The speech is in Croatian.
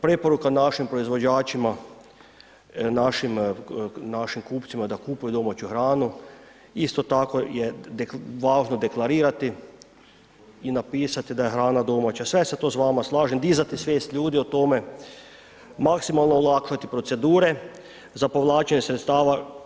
Preporuka našim proizvođačima, našim kupcima, da kupuju domaću hranu, isto tako je važno deklarirati i napisati da je hrana domaća, sve se to s vama slažem, dizati svijest ljudi o tome, maksimalno olakšati procedure za povlačenje sredstava.